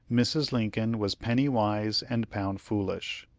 mrs. lincoln was penny wise and pound foolish.